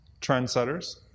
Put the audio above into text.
trendsetters